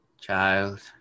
Child